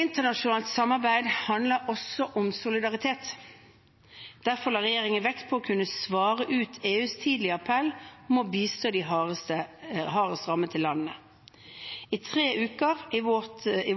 Internasjonalt samarbeid handler også om solidaritet. Derfor la regjeringen vekt på å kunne svare ut EUs tidlige appell om å bistå de hardest rammede landene. I tre uker i